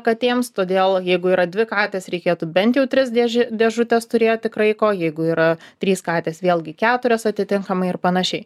katėms todėl jeigu yra dvi katės reikėtų bent jau tris dėžė dėžutes turėti kraiko jeigu yra trys katės vėlgi keturias atitinkamai ir panašiai